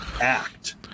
act